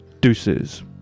deuces